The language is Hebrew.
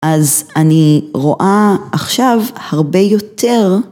אז אני רואה עכשיו הרבה יותר.